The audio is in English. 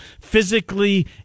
physically